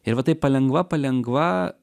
ir va taip palengva palengva